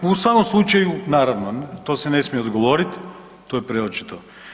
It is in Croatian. U svakom slučaju, naravno to se ne smije odgovorit, to je preočito.